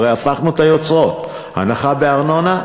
הרי הפכנו את היוצרות: הנחה בארנונה,